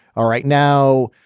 all right. now,